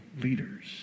leaders